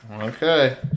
Okay